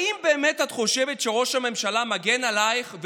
האם באמת את חושבת שראש הממשלה מגן עלייך,